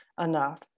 enough